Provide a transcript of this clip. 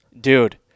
Dude